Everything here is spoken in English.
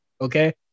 Okay